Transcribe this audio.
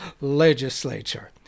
legislature